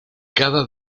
cada